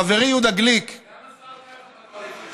חברי יהודה גליק, גם השר כץ הוא מהקואליציה.